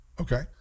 Okay